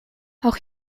auch